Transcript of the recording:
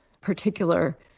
particular